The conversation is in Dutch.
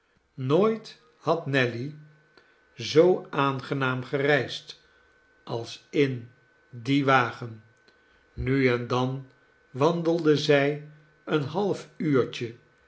nooit had nelly zoo aangenaam gereisd als in dien wagen nu en dan wandelde zij een half uurtje